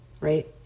Right